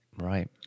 right